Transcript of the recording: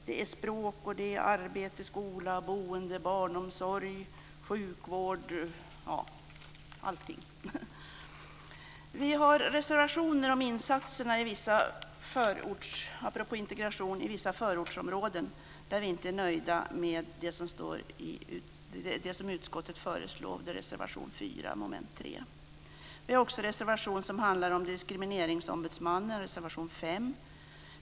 Det är språk, arbete, skola, boende, barnomsorg, sjukvård - ja, allting. Vi har apropå integration en reservation om insatserna i vissa förortsområden, då vi inte är nöjda med det som utskottet föreslår. Det är reservation 4 under mom. 3. Vi har också en reservation som handlar om Diskrimineringsombudsmannen, reservation 5.